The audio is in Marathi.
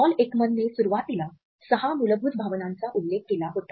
पॉल एकमनने सुरुवातीला सहा मूलभूत भावनांचा उल्लेख केला होता